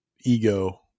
ego